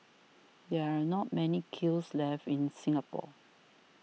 there are not many kilns left in Singapore